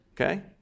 okay